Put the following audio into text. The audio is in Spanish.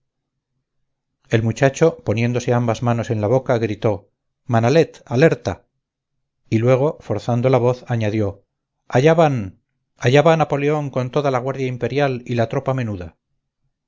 el muchacho poniéndose ambas manos en la boca gritó manalet alerta y luego forzando la voz añadió allá van allá va napoleón con toda la guardia imperial y la tropa menuda